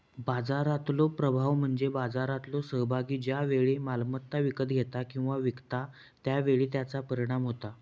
बाजारातलो प्रभाव म्हणजे बाजारातलो सहभागी ज्या वेळी मालमत्ता विकत घेता किंवा विकता त्या वेळी त्याचा परिणाम होता